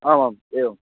आम् आम् एवम्